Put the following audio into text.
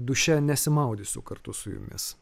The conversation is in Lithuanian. duše nesimaudysiu kartu su jumis